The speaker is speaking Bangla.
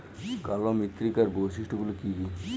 কালো মৃত্তিকার বৈশিষ্ট্য গুলি কি কি?